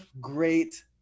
great